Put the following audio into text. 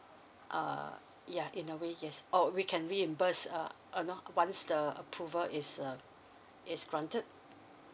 err ya in a way yes oh we can reimburse uh uh loh once the approval is uh is granted